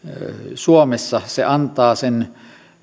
suomessa se antaa sen